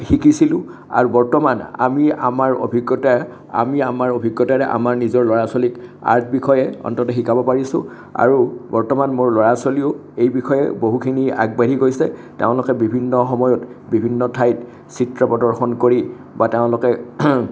শিকিছিলোঁঁ আৰু বৰ্তমান আমি আমাৰ অভিজ্ঞতাৰ আমি আমাৰ অভিজ্ঞতাৰে আমাৰ ল'ৰা ছোৱালীক আৰ্টৰ বিষয়ে অন্ততঃ শিকাব পাৰিছোঁ আৰু বৰ্তমান মোৰ ল'ৰা ছোৱালীও এই বিষয়ে বহুখিনি আগবাঢ়ি গৈছে তেওঁলোকে বিভিন্ন সময়ত বিভিন্ন ঠাইত চিত্ৰ প্ৰদৰ্শন কৰি বা তেওঁলোকে